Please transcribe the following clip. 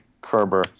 Kerber